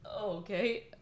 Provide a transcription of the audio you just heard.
Okay